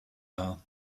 are